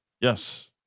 Yes